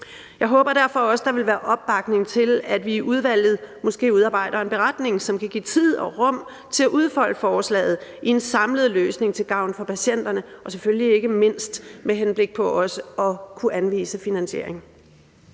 Jeg håber derfor også, at der vil være opbakning til, at vi i udvalget måske udarbejder en beretning, som kan give tid og rum til at udfolde forslaget i en samlet løsning til gavn for patienterne, og selvfølgelig ikke mindst med henblik på også at kunne anvise finansiering.